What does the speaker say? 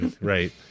Right